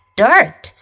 dirt